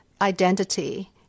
identity